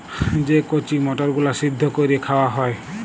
যে কঁচি মটরগুলা সিদ্ধ ক্যইরে খাউয়া হ্যয়